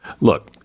Look